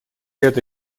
это